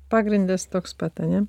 pagrindas toks pat ane